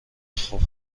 خوب